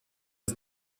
das